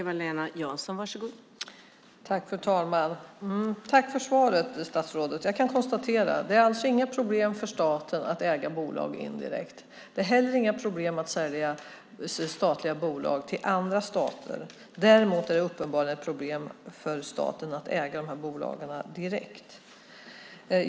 Fru talman! Tack för svaret, statsrådet! Jag kan konstatera att det alltså inte är något problem för staten att äga bolag indirekt. Det är inte heller något problem att sälja statliga bolag till andra stater. Däremot är det uppenbarligen problem för staten att äga de här bolagen direkt.